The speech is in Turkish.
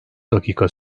dakika